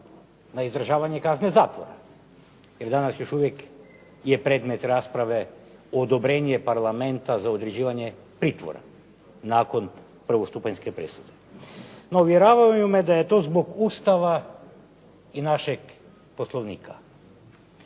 na izdržavanje kazne zatvora. Jer danas još uvijek je predmet rasprave odobrenje Parlamenta za određivanje pritvora, nakon prvostupanjske presude. No, uvjeravaju me da je to zbog Ustava i našeg Poslovnika.